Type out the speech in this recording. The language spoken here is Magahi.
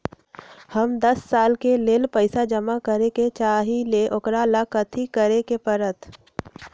हम दस साल के लेल पैसा जमा करे के चाहईले, ओकरा ला कथि करे के परत?